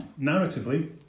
Narratively